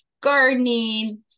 gardening